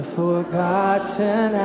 forgotten